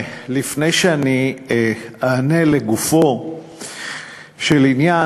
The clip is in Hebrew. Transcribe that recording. לפני שאני אענה לגופו של עניין,